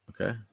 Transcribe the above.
Okay